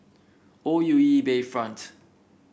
O U E Bayfront